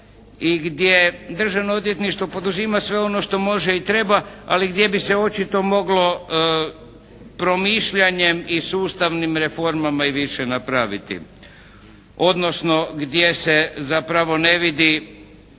i gdje Državno odvjetništvo poduzima sve ono što može i treba. Ali gdje bi se očito moglo promišljanjem i sustavnim reformama i više napraviti, odnosno gdje se zapravo ne vidi